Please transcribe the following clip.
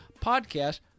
podcast